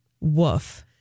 woof